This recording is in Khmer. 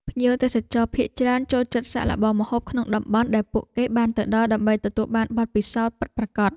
ភ្ញៀវទេសចរភាគច្រើនចូលចិត្តសាកល្បងម្ហូបក្នុងតំបន់ដែលពួកគេបានទៅដល់ ដើម្បីទទួលបានបទពិសោធន៍ពិតប្រាកដ។